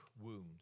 wound